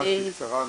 ממש בקצרה.